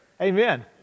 Amen